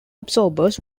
absorbers